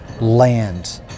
land